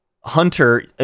Hunter